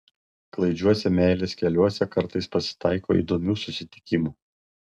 klaidžiuose meilės keliuose kartais pasitaiko įdomių susitikimų